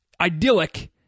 idyllic